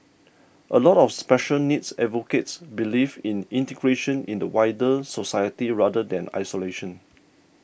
a lot of special needs advocates believe in integration in the wider society rather than isolation